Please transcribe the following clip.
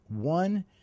one